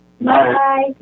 Bye